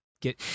Get